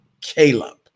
Caleb